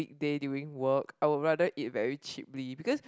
big day during work I would rather eat very cheaply because